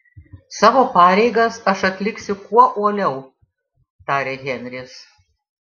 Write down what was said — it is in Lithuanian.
savo pareigas aš atliksiu kuo uoliau tarė henris